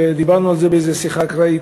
ודיברנו על זה באיזה שיחה אקראית.